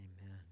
Amen